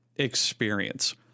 experience